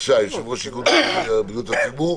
יושב-ראש איגוד רופאי בריאות הציבור,